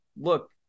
look